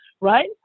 right